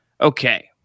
Okay